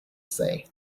say